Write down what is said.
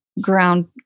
ground